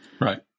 Right